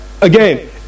again